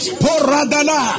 poradana